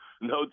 no